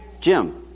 Jim